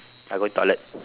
I going toilet